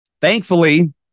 Thankfully